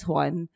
one